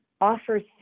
offers